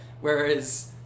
Whereas